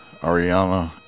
Ariana